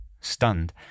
Stunned